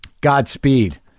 Godspeed